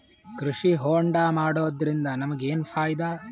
ಕೃಷಿ ಹೋಂಡಾ ಮಾಡೋದ್ರಿಂದ ನಮಗ ಏನ್ ಫಾಯಿದಾ?